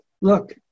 look